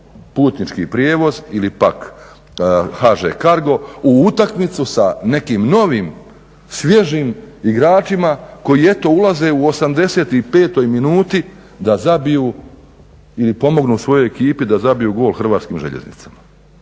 putnički prijevoz ili pak HŽ-Cargo u utakmicu sa nekim novim, svježim igračima koji, eto, ulaze u 85. minuti da zabiju ili pomognu svojoj ekipi da zabiju gol HŽ-u. A zabijamo